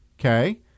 okay